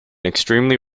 extremely